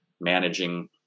managing